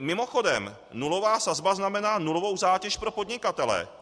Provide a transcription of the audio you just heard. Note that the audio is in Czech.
Mimochodem, nulová sazba znamená nulovou zátěž pro podnikatele.